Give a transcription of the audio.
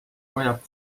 vajab